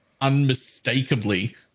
unmistakably